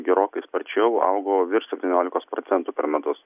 gerokai sparčiau augo virš septyniolikos procentų per metus